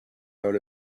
out